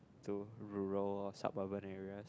to rural suburban areas